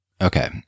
Okay